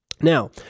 Now